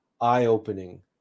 eye-opening